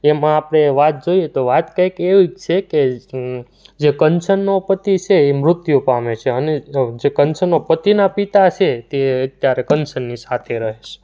એમાં આપણે વાત જોઈએ તો વાત કાંઈક એવી છે કે જે કંચનનો પતિ છે એ મૃત્યુ પામે છે અને જે કંચનનો પતિના પિતા છે તે ત્યારે કંચનની સાથે રહે છે